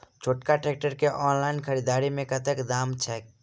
छोटका ट्रैक्टर केँ ऑनलाइन खरीददारी मे कतेक दाम छैक?